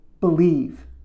believe